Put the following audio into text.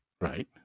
right